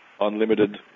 unlimited